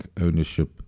ownership